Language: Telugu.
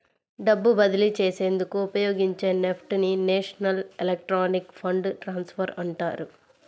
డబ్బు బదిలీ చేసేందుకు ఉపయోగించే నెఫ్ట్ ని నేషనల్ ఎలక్ట్రానిక్ ఫండ్ ట్రాన్స్ఫర్ అంటారు